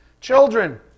Children